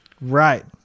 Right